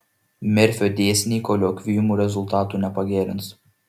merfio dėsniai koliokviumų rezultatų nepagerins